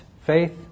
faith